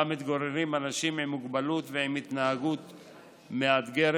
שבה מתגוררים אנשים עם מוגבלות ועם התנהגות מאתגרת,